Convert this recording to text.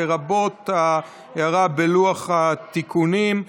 לרבות ההערה בלוח התיקונים.